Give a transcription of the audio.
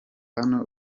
hano